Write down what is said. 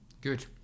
good